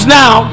now